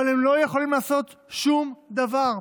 אבל הם לא יכולים לעשות שום דבר,